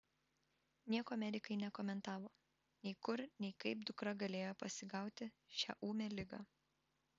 nieko medikai nekomentavo nei kur nei kaip dukra galėjo pasigauti šią ūmią ligą